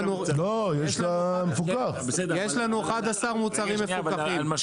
11 מוצרים מפוקחים,